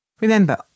Remember